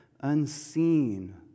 unseen